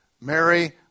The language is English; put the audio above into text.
Mary